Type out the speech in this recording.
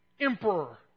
emperor